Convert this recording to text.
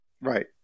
Right